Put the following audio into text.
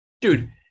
Dude